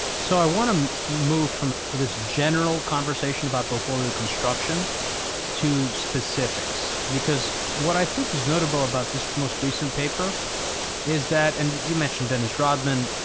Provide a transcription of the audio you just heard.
so i want to move from this general conversation about portfolio construction to specifics because what i think is notable about this most recent paper is that, and you mentioned dennis rodman,